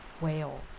Whale